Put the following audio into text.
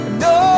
no